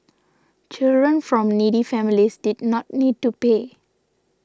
children from needy families did not need to pay